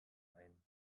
ein